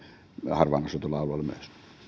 harvaan asutuilla alueilla